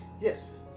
Yes